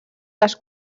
les